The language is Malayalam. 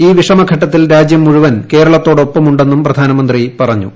ഈ വിഷമഘട്ടത്തിൽ രാജ്യം മുഴുവൻ കേരളത്തോടൊപ്പമുണ്ടെന്നും പ്രധാനമന്ത്രി പറഞ്ഞു